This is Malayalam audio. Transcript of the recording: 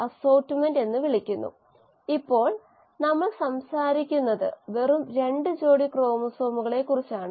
പൊതുവായി rx സമം mu x ഒരു കോൺസ്റ്റന്റ് ആയിരിക്കേണ്ടത് ഇല്ല നമുക്ക് മതിയായ സബ്സ്ട്രേറ്റ് ഉണ്ടെങ്കിൽ mu എന്നത് mu m ന് തുല്യമാണ് അത് ഒരു കോൺസ്റ്റന്റ് ആണ്